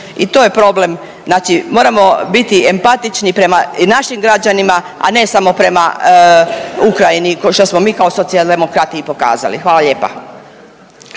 I to je problem. Znači moramo biti empatični prema našim građanima, a ne samo prema Ukrajini što smo mi kao Socijaldemokrati i pokazali. Hvala lijepa.